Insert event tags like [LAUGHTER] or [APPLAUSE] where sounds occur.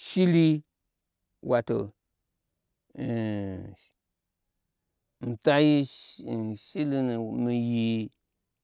shiei wato [UNINTELLIGIBLE]